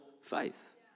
faith